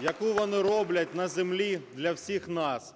яку вони роблять на землі для всіх нас. (Оплески)